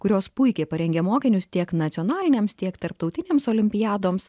kurios puikiai parengia mokinius tiek nacionalinėms tiek tarptautinėms olimpiadoms